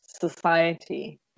society